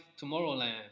Tomorrowland